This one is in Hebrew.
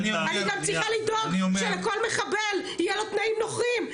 אני גם צריכה לדאוג שלכל מחבל יהיו תנאים נוחים,